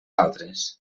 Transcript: altres